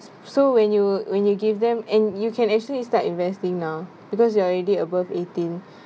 so when you when you give them and you can actually start investing now because you are already above eighteen